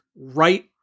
right